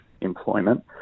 employment